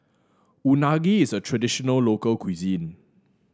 unagi is a traditional local cuisine